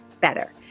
better